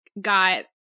got